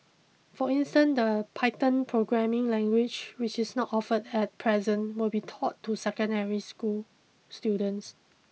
for instance the Python programming language which is not offered at present will be taught to secondary school students